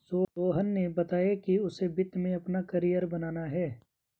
सोहन ने बताया कि उसे वित्त में अपना कैरियर बनाना है